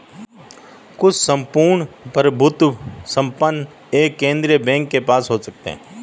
कुछ सम्पूर्ण प्रभुत्व संपन्न एक केंद्रीय बैंक के पास हो सकते हैं